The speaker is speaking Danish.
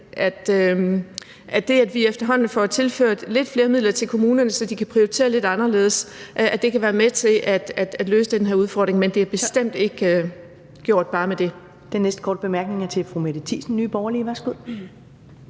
at det, at vi efterhånden får tilført lidt flere midler til kommunerne, så de kan prioritere lidt anderledes, kan være med til at løse den her udfordring. Men det er bestemt ikke gjort bare med det.